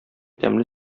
тәмле